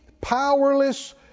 powerless